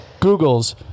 googles